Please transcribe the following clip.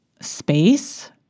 space